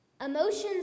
Emotions